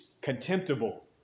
contemptible